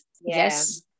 Yes